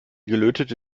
gelötete